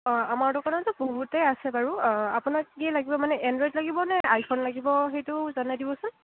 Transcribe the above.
অঁ আমাৰ দোকানত বহুতেই আছে বাৰু আপোনাক কি লাগিব মানে এণ্ড্ৰইদ লাগিব নে আইফোন লাগিব সেইটো জনাই দিবচোন